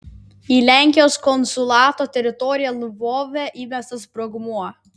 į lenkijos konsulato teritoriją lvove įmestas sprogmuo